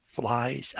flies